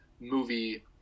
movie